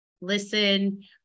listen